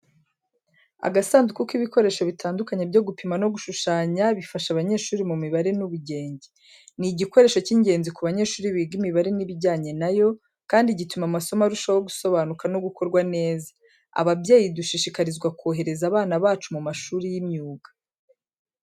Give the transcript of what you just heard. Agasandu k’ibikoresho bitandukanye byo gupima no gushushanya bifasha abanyeshuri mu mibare n’ubugenge. Ni igikoresho cy'ingenzi ku banyeshuri biga imibare n'ibijyanye na yo, kandi gituma amasomo arushaho gusobanuka no gukorwa neza. Ababyeyi dushishikarizwa kohereza abana bacu mu mashuri y'imyuga.